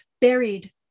buried